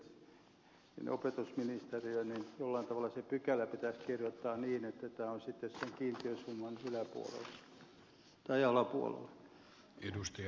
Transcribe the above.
sarkomaalla on hyvät yhteydet opetusministeriöön niin jollain tavalla se pykälä pitäisi kirjoittaa niin että tämä on sitten sen kiintiösumman yläpuolella tai alapuolella